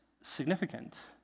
significant